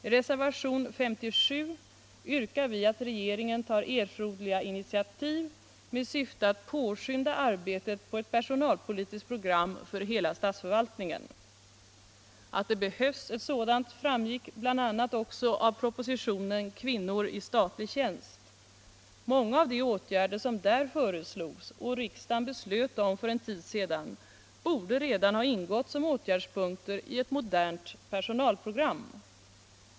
I reservationen 57 yrkar vi på att regeringen tar erforderliga initiativ med syfte att påskynda arbetet på ett personalpolitiskt program för hela statsförvaltningen. Att det behövs ett sådant framgick också bl.a. av propositionen ”Kvinnor i statlig tjänst”. Många av de åtgärder som där föreslogs och som riksdagen beslöt om för en tid sedan borde redan ha ingått som åtgärdspunkter i ett modernt personalprogam.